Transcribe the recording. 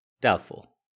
Doubtful